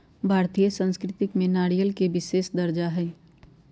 भारतीय संस्कृति में नारियल के विशेष दर्जा हई